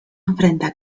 enfrenta